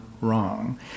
wrong